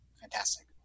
fantastic